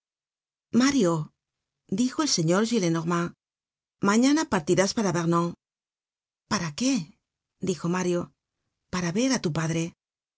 mario dijo el señor gillenormand mañana partirás para vernon para qué dijo mario para ver á tu padre